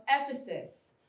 Ephesus